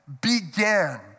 began